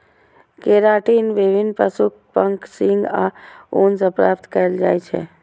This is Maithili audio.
केराटिन विभिन्न पशुक पंख, सींग आ ऊन सं प्राप्त कैल जाइ छै